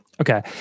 Okay